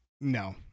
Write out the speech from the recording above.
no